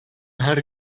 her